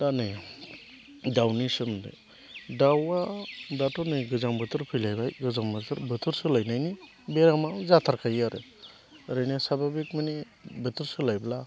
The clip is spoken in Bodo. दा नै दाउनि सोमोन्दै दाउआ दाथ' नै गोजां बोथोर फैलायबाय गोजां बोथोर बोथोर सोलायनायनि बेरामा जाथारखायो आरो ओरैनो साभाबिक माने बोथोर सोलायब्ला